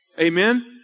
Amen